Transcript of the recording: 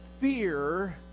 fear